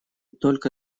только